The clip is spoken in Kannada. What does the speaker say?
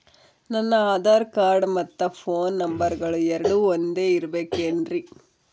ನನ್ನ ಆಧಾರ್ ಕಾರ್ಡ್ ಮತ್ತ ಪೋನ್ ನಂಬರಗಳು ಎರಡು ಒಂದೆ ಇರಬೇಕಿನ್ರಿ?